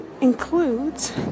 includes